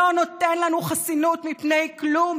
לא נותן לנו חסינות מפני כלום.